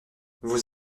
vos